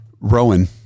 Rowan